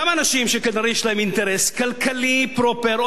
אותם אנשים שכנראה יש להם אינטרס כלכלי פרופר,